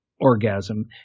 orgasm